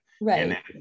Right